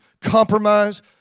compromise